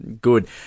good